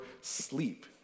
sleep